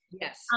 Yes